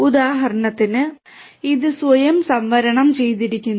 ഉദാഹരണത്തിന് ഇത് സ്വയം സംവരണം ചെയ്തിരിക്കുന്നു